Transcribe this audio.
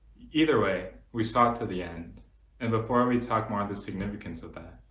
either way we stuck to the end and before we talk more of the significance of that,